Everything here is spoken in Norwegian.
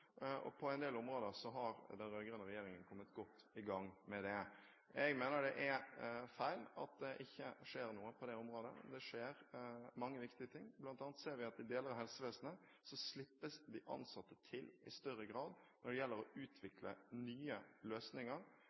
sektor. På en del områder har den rød-grønne regjeringen kommet godt i gang med det. Jeg mener det er feil at det ikke skjer noe på det området. Det skjer mange viktige ting. Blant annet ser vi at i deler av helsevesenet slippes de ansatte til i større grad når det gjelder å utvikle nye løsninger,